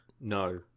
No